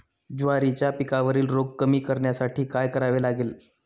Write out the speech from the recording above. ज्वारीच्या पिकावरील रोग कमी करण्यासाठी काय करावे लागेल?